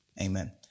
Amen